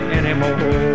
anymore